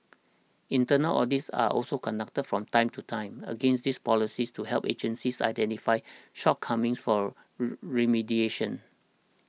internal audits are also conducted from time to time against these policies to help agencies identify shortcomings for remediation